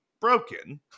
broken